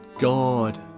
God